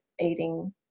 eating